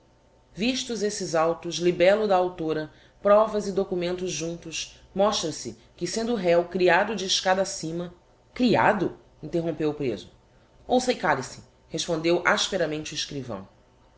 vistos estes autos libello da a authora provas e documentos juntos mostra-se que sendo o réo criado de escada acima criado interrompeu o preso ouça e cale-se respondeu asperamente o escrivão